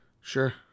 Sure